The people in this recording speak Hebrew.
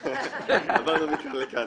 צד.